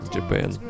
Japan